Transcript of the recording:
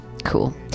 cool